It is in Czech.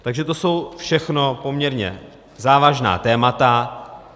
Takže to jsou všechno poměrně závažná témata.